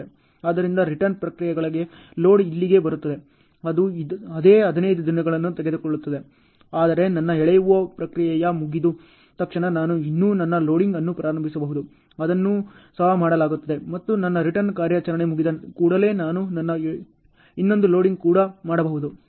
ಆದ್ದರಿಂದ ರಿಟರ್ನ್ ಪ್ರಕ್ರಿಯೆಗಳಿಗೆ ಲೋಡ್ ಇಲ್ಲಿಗೆ ಬರುತ್ತಿದೆ ಇದು ಅದೇ 15 ದಿನಗಳನ್ನು ತೆಗೆದುಕೊಳ್ಳುತ್ತದೆ ಆದರೆ ನನ್ನ ಎಳೆಯುವ ಪ್ರಕ್ರಿಯೆಯು ಮುಗಿದ ತಕ್ಷಣ ನಾನು ಇನ್ನೂ ನನ್ನ ಲೋಡಿಂಗ್ ಅನ್ನು ಪ್ರಾರಂಭಿಸಬಹುದು ಅದನ್ನೂ ಸಹ ಮಾಡಲಾಗುತ್ತದೆ ಮತ್ತು ನನ್ನ ರಿಟರ್ನ್ ಕಾರ್ಯಾಚರಣೆ ಮುಗಿದ ಕೂಡಲೇ ನಾನು ನನ್ನ ಇನ್ನೊಂದು ಲೋಡಿಂಗ್ ಕೂಡ ಮಾಡಬಹುದು